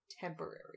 temporary